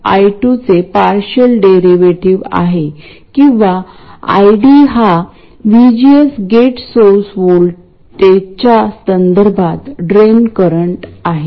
common source amplifier म्हणजे जिथे माझ्याकडे सिग्नल सोर्स असेल आणि माझ्याकडे ट्रान्झिस्टर गेट ड्रेन आणि सोर्स आहेत